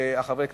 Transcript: חברי הכנסת,